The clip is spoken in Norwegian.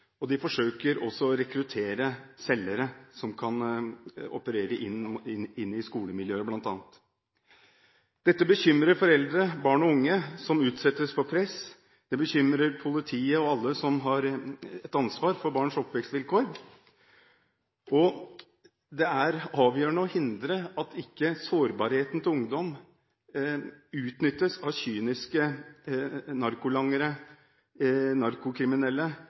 og de forsøker også å rekruttere selgere som kan operere bl.a. inn i skolemiljøet. Dette bekymrer foreldre, barn og unge som utsettes for press, og det bekymrer politiet og alle som har et ansvar for barns oppvekstvilkår. Det er avgjørende å hindre at sårbarheten til ungdom, i denne utsatte alderen, ikke utnyttes av kyniske narkolangere, narkokriminelle.